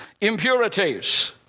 impurities